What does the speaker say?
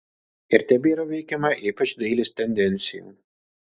ir tebėra veikiama ypač dailės tendencijų